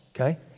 Okay